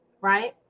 right